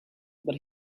but